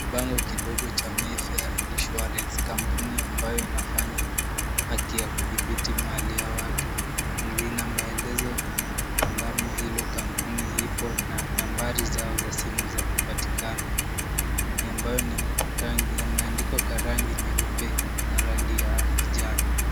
Bango kidogo cha Mayfeir Insurance , kampuni ambayo inafanya haki ya kuthibiti mali ya watu, lina maelezo ambamo hilo kampuni ipo na nambari zao za simu za kupatikana ambayo imeandikwa kwa rangi nyeupe na rangi ya kijani.